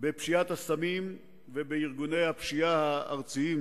בפשיעת הסמים ובארגוני הפשיעה הארציים,